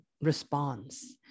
response